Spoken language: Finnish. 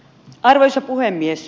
arvoisa puhemies